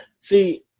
see